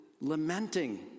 lamenting